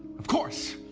of course